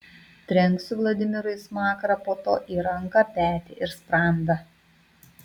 trenksiu vladimirui į smakrą po to į ranką petį ir sprandą